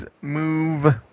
move